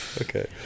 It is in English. okay